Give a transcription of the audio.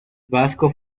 vasco